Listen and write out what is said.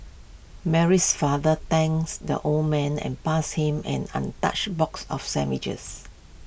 Mary's father thanks the old man and passed him an untouched box of sandwiches